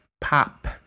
pop